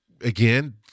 again